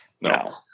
No